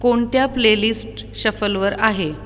कोणत्या प्लेलिस्ट शफलवर आहे